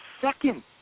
second